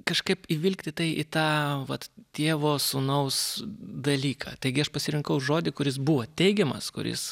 kažkaip įvilkti tai į tą vat tėvo sūnaus dalyką taigi aš pasirinkau žodį kuris buvo teigiamas kuris